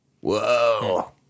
Whoa